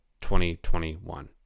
2021